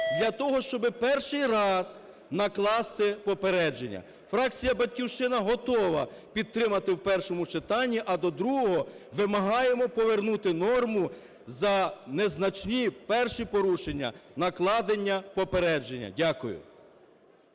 для того, щоб перший раз накласти попередження? Фракція "Батьківщина" готова підтримати в першому читанні, а до другого вимагаємо повернути норму: за незначні перші порушення – накладення попередження. Дякую.